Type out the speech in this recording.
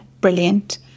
brilliant